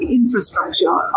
infrastructure